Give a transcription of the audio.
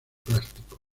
plásticos